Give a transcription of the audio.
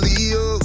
Leo